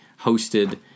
hosted